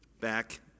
back